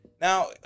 now